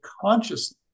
consciousness